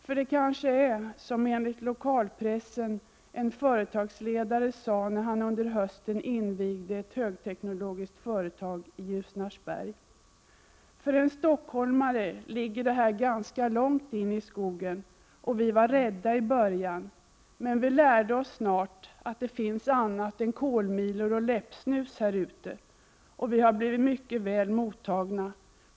För det måhända är som, enligt lokalpressen, en företagsledare sade när han nu under hösten invigde ett högteknologiskt företag i Ljusnarsberg: ”För en stockholmare ligger det här ganska långt in i skogen och vi var rädda i början, men vi lärde oss snart att det finns annat än kolmilor och läppsnus härute. Och vi har blivit mycket väl mottagna.